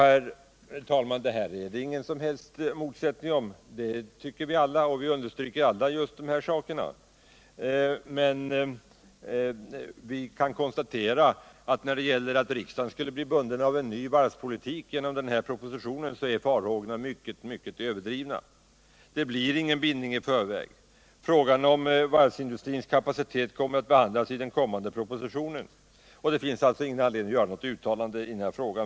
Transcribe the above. Här råder inga som helst motsättningar. Vi understryker alla just detta. Men vi konstaterar att farhågorna för att riksdagen skulle bli bunden av en ny varvspolitik genom denna proposition är mycket överdrivna. Det blir ingen bindning i förväg. Frågan om varvsindustrins kapacitet kommer att behandlas i den kommande propositionen. Det finns alltså ingen anledning för riksdagen att göra något uttalande i frågan.